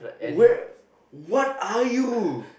where what are you